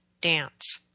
dance